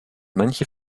manche